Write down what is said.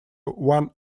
one